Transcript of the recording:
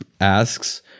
asks